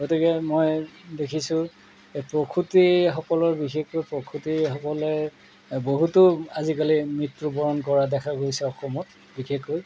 গতিকে মই দেখিছোঁ প্ৰসূতিসকলৰ বিশেষকৈ প্ৰসূতিসকলে বহুতো আজিকালি মৃত্যুবৰণ কৰা দেখা গৈছে অসমত বিশেষকৈ